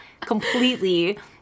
completely